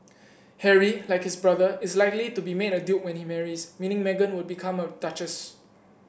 Harry like his brother is likely to be made a duke when he marries meaning Meghan would become a duchess